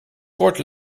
kort